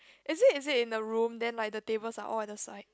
is it is it in a room then like the tables are all at the side